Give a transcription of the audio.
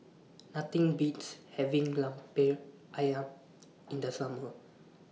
Nothing Beats having Lemper Ayam in The Summer